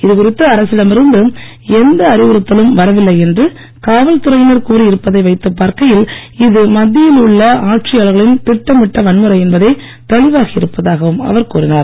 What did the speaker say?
இது குறித்து அரசிடம் இருந்து எந்த அறிவுறுத்தலும் வரவில்லை என்று காவல் துறையினர் கூறியிருப்பதை வைத்துப் பார்க்கையில் இது மத்தியில் உள்ள ஆட்சியாளர்களின் திட்டமிட்ட வன்முறை என்பதே தெளிவாகி இருப்பதாகவும் அவர் கூறினார்